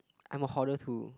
I'm a hoarder too